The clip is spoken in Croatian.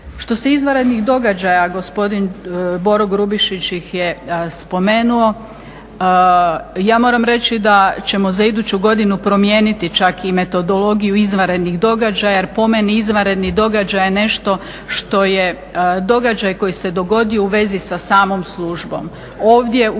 Što se izvanrednih događaja, gospodin Boro Grubišić ih je spomenuo, ja moram reći da ćemo za iduću godinu promijeniti čak i metodologiju izvanrednih događaja jer po meni izvanredni događaj je nešto što je događaj koji se dogodio u vezi sa samom službom.